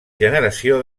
generació